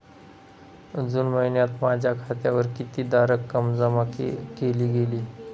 जून महिन्यात माझ्या खात्यावर कितीदा रक्कम जमा केली गेली?